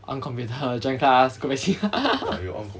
on computer join class go back to sleep